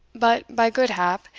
but, by good-hap,